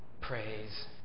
Praise